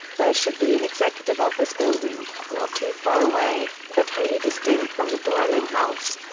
there should be an executive office building, not too far away, but wholly distinct from the dwelling house.